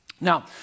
Now